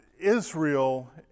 Israel